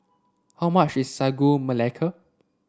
how much is Sagu Melaka